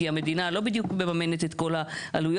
כי המדינה לא בדיוק מממנת את כל העלויות,